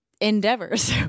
endeavors